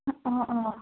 অঁ অঁ